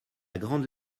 grande